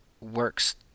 works